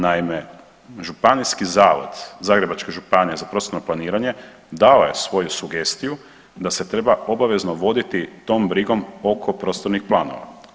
Naime, Županijski zavod Zagrebačke županije za prostorno planiranje dao je svoju sugestiju da se treba obavezno voditi tom brigom oko prostornih planova.